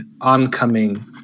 oncoming